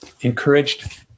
Encouraged